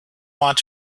want